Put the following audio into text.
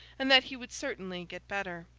and that he would certainly get better.